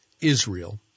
Israel